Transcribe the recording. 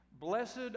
blessed